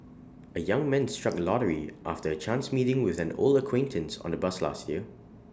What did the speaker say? A young man struck lottery after A chance meeting with an old acquaintance on A bus last year